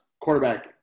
Quarterback